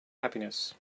happiness